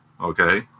okay